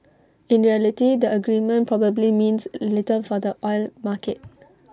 in reality the agreement probably means little for the oil market